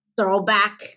throwback